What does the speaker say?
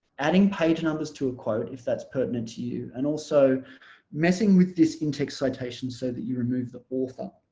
adding page numbers to a quote if that's pertinent to you and also messing with this in-text citation so that you remove the author